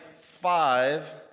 five